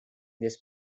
this